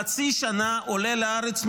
חצי שנה עולה לארץ,